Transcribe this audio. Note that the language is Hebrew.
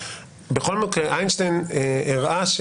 בכל מקרה איינשטיין הראה,